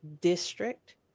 district